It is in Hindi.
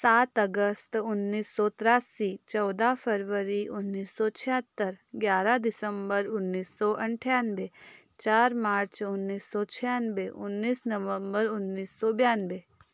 सात अगस्त उन्नीस सौ तिरासी चौदह फरवरी उन्नीस सौ छिहत्तर ग्यारह दिसम्बर उन्नीस सौ अंठानवे चार मार्च उन्नीस सौ छियानबे उन्नीस नवम्बर उन्नीस सौ बानवे